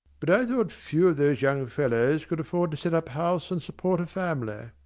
but i thought few of those young fellows could afford to set up house and support a family.